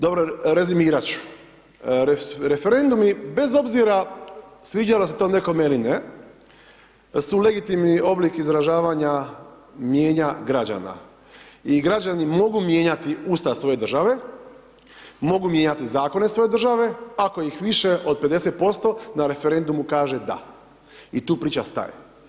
Dobro, rezimirat ću, referendumi bez obzira sviđalo se to nekome ili ne su legitimni oblik izražavanja mijenja građana i građani mogu mijenjati Ustav svoje države, mogu mijenjati zakone svoje države ako ih više od 50% na referendumu kaže da i tu priča staje.